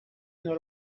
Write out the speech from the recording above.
کنار